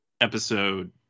episode